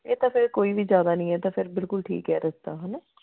ਇਹ ਤਾਂ ਫਿਰ ਕੋਈ ਵੀ ਜ਼ਿਆਦਾ ਨਹੀਂ ਹੈ ਤਾਂ ਫਿਰ ਬਿਲਕੁਲ ਠੀਕ ਹੈ ਰਸਤਾ ਹੈ ਨਾ